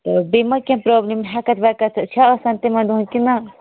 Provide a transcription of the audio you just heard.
تہٕ بیٚیہِ ما کینٛہہ پرابلِم ہیکتھ ویکتھ چھےٚ آسان تِمن دۄہن کِنۍ نہ